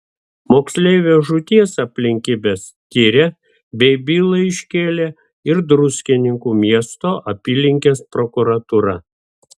moksleivio žūties aplinkybes tiria bei bylą iškėlė ir druskininkų miesto apylinkės prokuratūra